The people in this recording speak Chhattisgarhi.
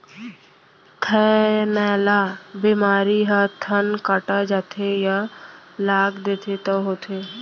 थनैला बेमारी ह थन कटा जाथे या लाग देथे तौ होथे